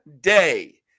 day